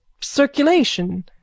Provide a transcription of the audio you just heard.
circulation